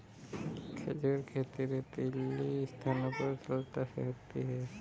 खजूर खेती रेतीली स्थानों पर सरलता से होती है